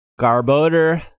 Garbodor